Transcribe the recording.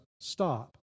stop